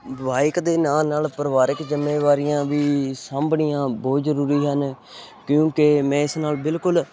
bike ਦੇ ਨਾਲ ਨਾਲ ਪਰਿਵਾਰਿਕ ਜ਼ਿੰਮੇਵਾਰੀਆਂ ਵੀ ਸਾਂਭਣੀਆਂ ਬਹੁਤ ਜ਼ਰੂਰੀ ਹਨ ਕਿਉਂਕਿ ਮੈਂ ਇਸ ਨਾਲ ਬਿਲਕੁਲ